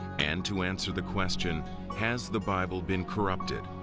and to answer the question has the bible been corrupted,